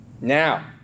Now